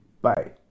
Bye